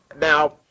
Now